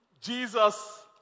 Jesus